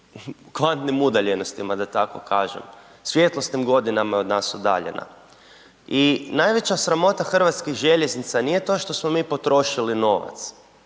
kvantnim udaljenostima da tako kažem, svjetlosnim godinama je od nas udaljena. I najveća sramota hrvatskih željeznica nije to što smo mi potrošili novac,